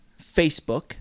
facebook